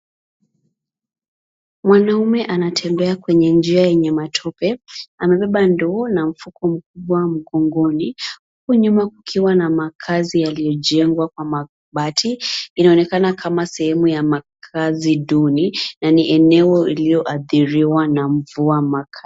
Mwanaume anatembea kwenye njia yenye matope. Amebeba ndoo na mfuko mkubwa mgongoni, huku nyuma kukiwa na majengo yaliojengwa kwa mabati, inaonekana kama sehemu ya makazi duni, na ni eneo lililoadhiriwa na mvua maka .